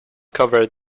covered